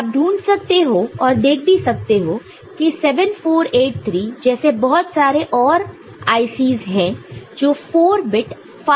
आप ढूंढ सकते हो और देख भी सकते हो कि 7483 जैसे बहुत सारे और IC's है जो 4 बिट फास्ट एडिशन करते हैं